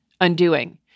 undoing